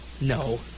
No